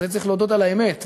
צריך להודות על האמת,